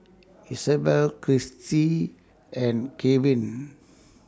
Isobel Christie and Keven